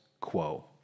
quo